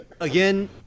Again